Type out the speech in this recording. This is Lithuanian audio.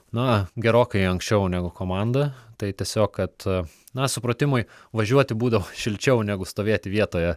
na gerokai anksčiau negu komanda tai tiesiog kad na supratimui važiuoti būdavo šilčiau negu stovėti vietoje